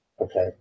Okay